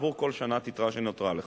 עבור כל שנת יתרה שנותרה לך.